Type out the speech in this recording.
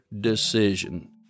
decision